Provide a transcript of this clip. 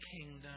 kingdom